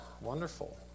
Wonderful